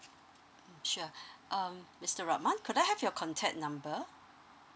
sure um mister rahman could I have your contact number